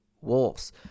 Wolves